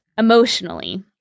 emotionally